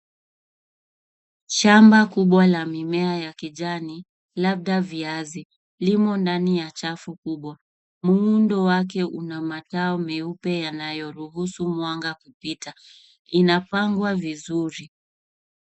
Shamba kubwa la mimiea ya kijani labda viazi limo ndani ya chafu kubwa. Muundo wake una mataa meuoe yanayoruhusu mwanga kupita. Unapangwa vizuri.